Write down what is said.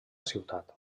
ciutat